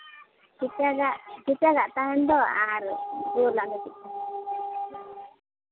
ᱠᱮᱪᱟᱜᱟᱜ ᱠᱮᱪᱟᱜᱟᱜ ᱛᱟᱦᱮᱱ ᱫᱚ ᱟᱨ ᱜᱳᱞᱟᱜ ᱫᱚ ᱪᱮᱫ ᱞᱮᱠᱟ